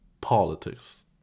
politics